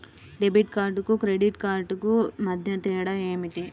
Debit కార్డుకు credit credit కార్డుకు మధ్య తేడా ఏమిటీ?